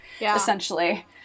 essentially